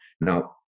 Now